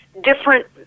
different